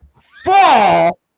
Fall